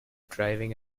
driving